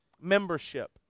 membership